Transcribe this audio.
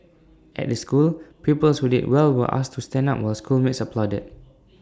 at the school pupils who did well were asked to stand up while schoolmates applauded